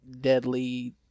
deadly